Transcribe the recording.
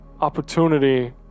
Opportunity